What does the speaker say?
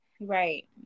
Right